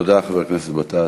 תודה, חבר הכנסת גטאס.